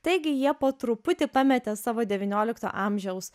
taigi jie po truputį pametė savo devyniolikto amžiaus